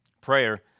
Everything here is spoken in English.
Prayer